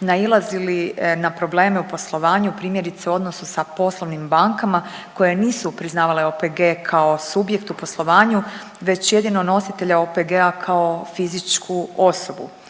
nailazili na probleme u poslovanju, primjerice, u odnosu sa poslovnim bankama koje nisu priznavale OPG kao subjekt u poslovanju već jedino nositelja OPG-a kao fizičku osobu.